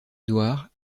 édouard